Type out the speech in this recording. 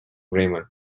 raymond